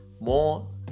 more